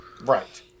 Right